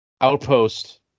Outpost